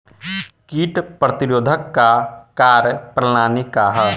कीट प्रतिरोधकता क कार्य प्रणाली का ह?